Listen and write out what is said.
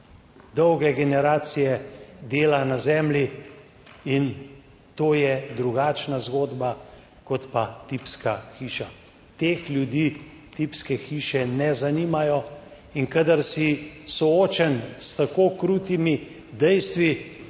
dolge generacije dela na zemlji in to je drugačna zgodba kot pa tipska hiša. Teh ljudi tipske hiše ne zanimajo, in kadar si soočen s tako krutimi dejstvi,